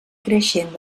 creixent